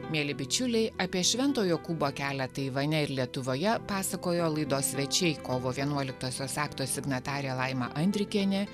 mieli bičiuliai apie švento jokūbo kelią taivane ir lietuvoje pasakojo laidos svečiai kovo vienuoliktosios akto signatarė laima andrikienė